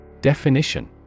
Definition